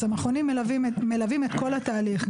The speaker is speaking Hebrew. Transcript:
אז המכונים מלווים את כל התהליך,